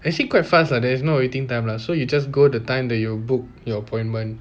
actually quite fast lah there's no waiting time lah so you just go the time that you book your appointment